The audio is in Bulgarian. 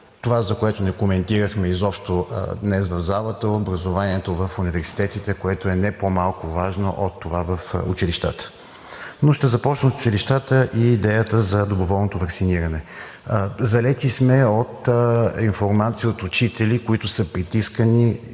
това, което не коментирахме изобщо днес в залата – образованието в университетите, което е не по-малко важно от това в училищата. Но ще започна от училищата и идеята за доброволното ваксиниране. Залети сме от информация от учители, които са притискани